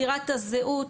זירת הזהות,